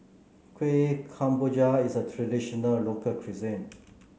Kuih Kemboja is a traditional local cuisine